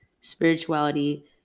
Spirituality